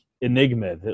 enigma